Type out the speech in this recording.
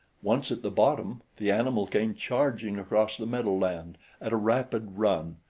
once at the bottom, the animal came charging across the meadowland at a rapid run.